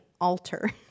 alter